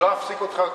בוא נמשיך,